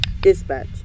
Dispatch